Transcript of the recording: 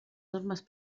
normes